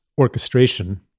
orchestration